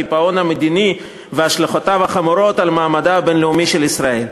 הקיפאון המדיני והשלכותיו החמורות על מעמדה הבין-לאומי של ישראל.